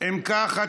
אם כך,